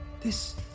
This